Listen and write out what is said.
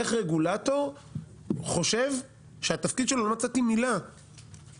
איך רגולטור חושב שהתפקיד שלו לא מצאתי מילה ביעדים,